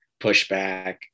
pushback